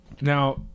now